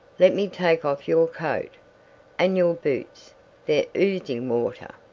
let me take off your coat and your boots they're oozing water.